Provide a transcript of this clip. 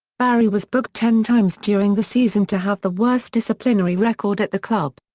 barry was booked ten times during the season to have the worst disciplinary record at the club.